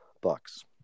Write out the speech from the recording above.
bucks